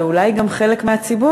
ואולי גם של חלק מהציבור,